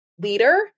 leader